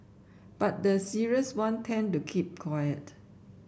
but the serious one tend to keep quiet